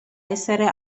essere